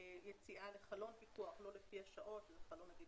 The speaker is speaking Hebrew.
יציאה לחלון פיקוח לא לפי השעות אם זה נגיד חלון